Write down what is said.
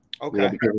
Okay